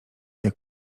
jak